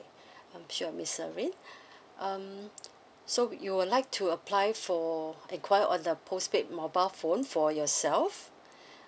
um sure miss celine um so you would like to apply for enquire on the postpaid mobile phone for yourself